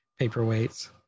Paperweights